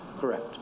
Correct